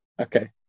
Okay